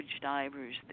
divers